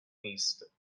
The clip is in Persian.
نیست